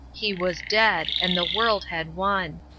he was dead, and the world had won.